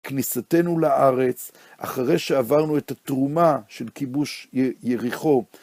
כניסתנו לארץ, אחרי שעברנו את התרומה של כיבוש יריחו.